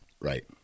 Right